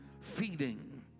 feeding